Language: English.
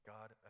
God